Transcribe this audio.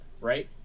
right